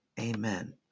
Amen